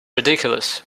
ridiculous